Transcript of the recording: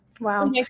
Wow